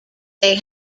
they